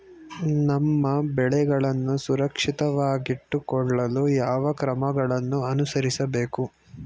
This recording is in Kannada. ನಮ್ಮ ಬೆಳೆಗಳನ್ನು ಸುರಕ್ಷಿತವಾಗಿಟ್ಟು ಕೊಳ್ಳಲು ಯಾವ ಕ್ರಮಗಳನ್ನು ಅನುಸರಿಸಬೇಕು?